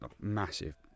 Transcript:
massive